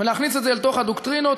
ולהכניס את זה לתוך הדוקטרינות